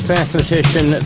Mathematician